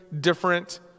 different